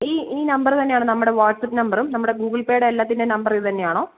ഈ ഈ നമ്പർ തന്നെയാണ് നമ്മുടെ വാട്സാപ്പ് നമ്പറും നമ്മുടെ ഗൂഗിൾ പേയുടെ എല്ലാത്തിൻറെയും നമ്പർ ഇത് തന്നെയാണോ